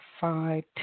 five